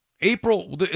April